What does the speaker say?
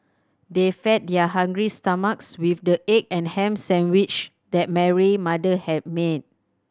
they fed their hungry stomachs with the egg and ham sandwiches that Mary mother had made